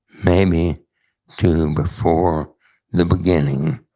maybe to before the beginning.